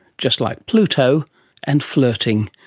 just like pluto and flirting,